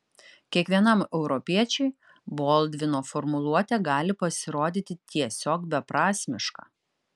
kiekvienam europiečiui boldvino formuluotė gali pasirodyti tiesiog beprasmiška